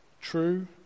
True